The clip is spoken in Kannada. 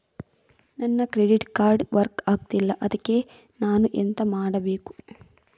ನನ್ನ ಕ್ರೆಡಿಟ್ ಕಾರ್ಡ್ ವರ್ಕ್ ಆಗ್ತಿಲ್ಲ ಅದ್ಕೆ ನಾನು ಎಂತ ಮಾಡಬೇಕು?